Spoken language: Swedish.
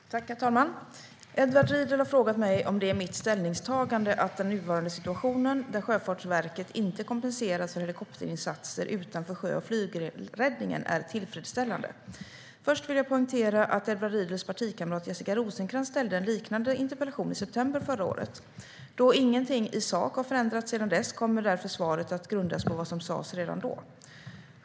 Herr talman! Edward Riedl har frågat mig om det är mitt ställningstagande att den nuvarande situationen, där Sjöfartsverket inte kompenseras för helikopterinsatser utanför sjö och flygräddningen, är tillfredsställande. Först vill jag poängtera att Edward Riedls partikamrat Jessica Rosencrantz ställde en liknande interpellation i september förra året. Då ingenting i sak har förändrats sedan dess kommer svaret att grundas på vad som sas redan då.